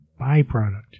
byproduct